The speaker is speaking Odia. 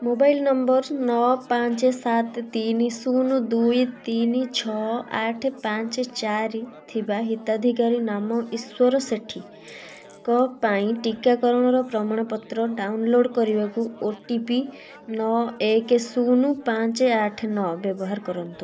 ମୋବାଇଲ ନମ୍ବର ନଅ ପାଞ୍ଚ ସାତ ତିନି ଶୂନ ଦୁଇ ତିନି ଛଅ ଆଠ ପାଞ୍ଚ ଚାରି ଥିବା ହିତାଧିକାରୀ ନାମ ଈଶ୍ୱର ସେଠୀ ଙ୍କ ପାଇଁ ଟିକାକରଣର ପ୍ରମାଣପତ୍ର ଡାଉନଲୋଡ଼୍ କରିବାକୁ ଓ ଟି ପି ନଅ ଏକ ଶୂନ ପାଞ୍ଚ ଆଠ ନଅ ବ୍ୟବହାର କରନ୍ତୁ